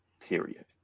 period